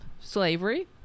slavery